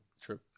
true